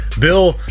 Bill